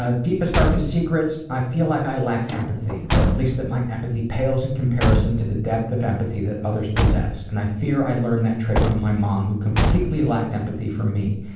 ah deepest, darkest secrets, i feel like i lack empathy, empathy, or at least that my empathy pales in comparison to the depth of empathy that others possess, and i fear i learned that trait from my mom, who completely lacked empathy for me.